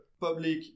public